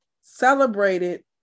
celebrated